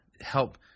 help